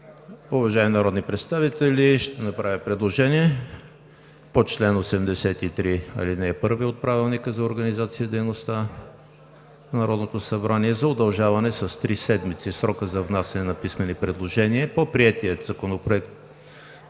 Уважаеми народни представители, ще направя предложение по чл. 83, ал. 1 от Правилника за организацията и дейността на Народното събрание за удължаване с три седмици срока за внасяне на писмени предложения по приетия Законопроект